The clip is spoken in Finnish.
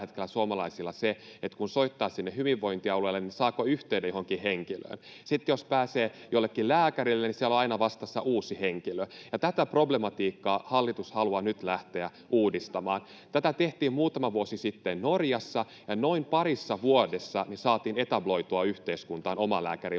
kun soittaa sinne hyvinvointialueelle, saako yhteyden johonkin henkilöön, ja sitten jos pääsee jollekin lääkärille, niin siellä on aina vastassa uusi henkilö. Tätä problematiikkaa hallitus haluaa nyt lähteä uudistamaan. Tätä tehtiin muutama vuosi sitten Norjassa, ja noin parissa vuodessa saatiin etabloitua yhteiskuntaan omalääkärimalli,